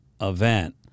event